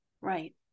Right